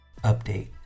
Update